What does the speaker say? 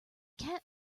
cat